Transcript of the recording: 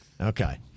Okay